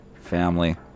family